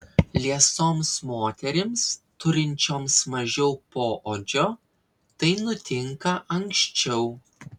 liesoms moterims turinčioms mažiau poodžio tai nutinka anksčiau